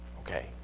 Okay